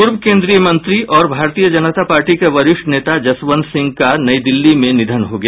पूर्व केंद्रीय मंत्री और भारतीय जनता पार्टी के वरिष्ठ नेता जसवंत सिंह का आज नई दिल्ली में निधन हो गया